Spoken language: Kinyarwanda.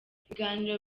ibiganiro